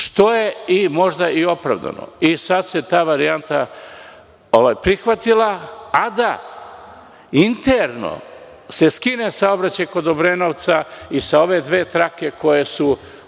što je možda i opravdano. Sada se ta varijanta prihvatila, a da se interno skine saobraćaj kod Obrenovca i sa ove dve trake koje su